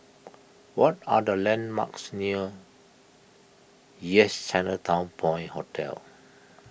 what are the landmarks near Yes Chinatown Point Hotel